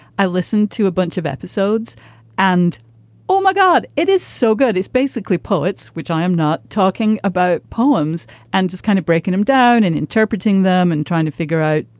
i listened to a bunch of episodes and oh my god, it is so good. it's basically poets, which i am not talking about poems and just kind of breaking them down and interpreting them and trying to figure out,